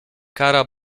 kara